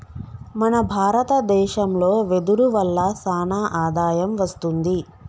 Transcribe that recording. మన భారత దేశంలో వెదురు వల్ల సానా ఆదాయం వస్తుంది